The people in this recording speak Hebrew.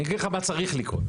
אני אגיד לך מה צריך לקרות.